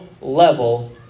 level